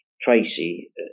Tracy